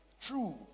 true